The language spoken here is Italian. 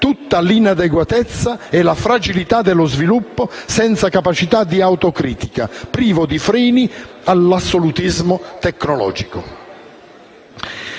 tutta l'inadeguatezza e la fragilità dello sviluppo senza capacità di autocritica, privo di freni, all'assolutismo tecnologico.